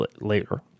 later